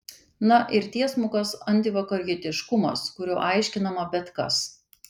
na ir tiesmukas antivakarietiškumas kuriuo aiškinama bet kas